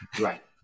right